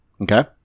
Okay